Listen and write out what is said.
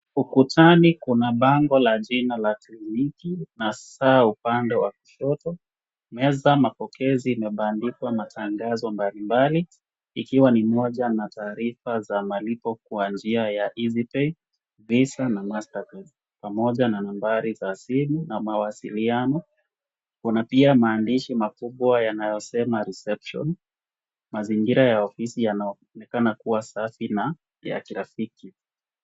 Ukutani kuna bango la jina la kliniki na saa upande wa kushoto. Meza mapokezi imebandikwa matangazo mbalimbali ikiwa ni moja na taarifa za malipo kwa njia ya Easypay, Visa na Mastercard pamoja na nambari za simu na mawasiliano. Kuna pia maandishi makubwa yanayosema reception mazingira ya ofisi yanaonekana kuwa safi na ya kirafiki.